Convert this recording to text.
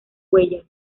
huellas